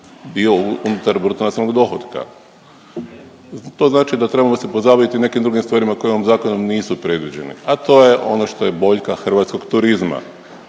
dio unutar bruto nacionalnog dohotka. To znači da trebamo se pozabaviti i nekim drugim stvarima koji ovim zakonom nisu predviđeni, a to je ono što je boljka hrvatskog turizma.